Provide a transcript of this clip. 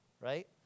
right